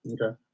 Okay